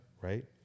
right